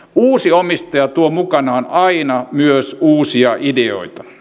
uusi omistaja tuo mukanaan aina myös uusia ideoita